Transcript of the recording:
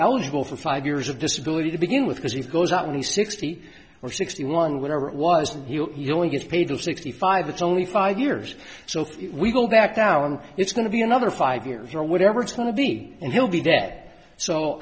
eligible for five years of disability to begin with because he's goes out when he's sixty or sixty one whatever it was you only get paid sixty five it's only five years so we go back down it's going to be another five years or whatever it's going to be and he'll be dead so